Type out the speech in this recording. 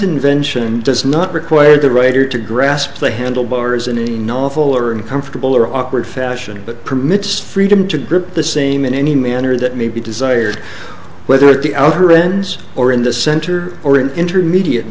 invention does not require the writer to grasp the handlebars in a novel or uncomfortable or awkward fashion but permits freedom to grip the same in any manner that may be desired whether at the outer ends or in the center or an intermediate